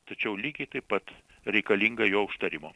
tačiau lygiai taip pat reikalingą jo užtarimo